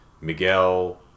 Miguel